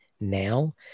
now